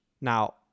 Now